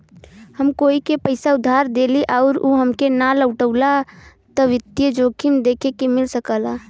हम कोई के पइसा उधार देली आउर उ हमके ना लउटावला त वित्तीय जोखिम देखे के मिल सकला